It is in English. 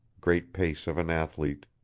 great pace of an athlete.